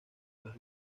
los